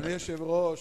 אדוני היושב-ראש,